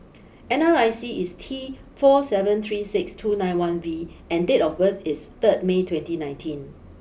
N R I C is T four seven three six two nine one V and date of birth is third May twenty nineteen